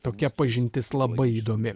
tokia pažintis labai įdomi